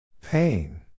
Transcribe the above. Pain